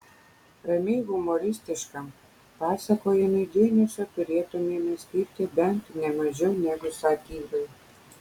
ramiai humoristiškam pasakojimui dėmesio turėtumėme skirti bent ne mažiau negu satyrai